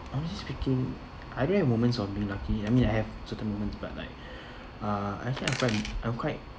honestly speaking I don't have moments on being lucky I mean I have certain moments but like uh actually I'm quite I'm quite